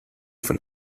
von